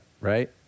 right